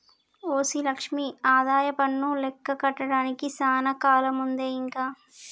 OC Lakshmi ఆదాయపన్ను లెక్క కట్టడానికి సానా కాలముందే ఇంక